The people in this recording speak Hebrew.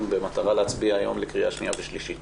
במטרה להצביע היום בקריאה שנייה ושלישית.